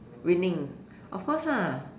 winning of course ah